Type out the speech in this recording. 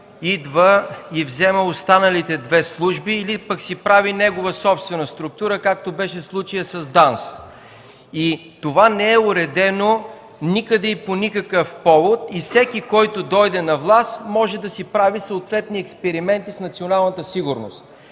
идва и взема останалите две служби, или пък си прави негова собствена структура, както беше случаят с ДАНС. Това не е уредено никъде и по никакъв повод и всеки, който дойде на власт, може да си прави съответни експерименти с националната сигурност.